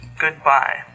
Goodbye